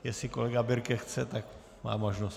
Jestli kolega Birke chce, tak má možnost.